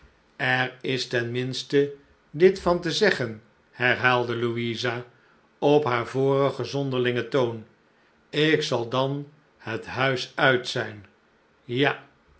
er is ten minste dit van te zeggen herhaalde louisa op haar vorigen zonderlingen toon ik zal dan het huis uit zijn ja